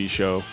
show